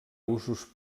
usos